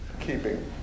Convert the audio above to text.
keeping